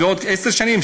ובעוד עשר שנים,